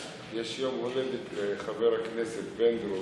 יש יום הולדת לחבר הכנסת פינדרוס.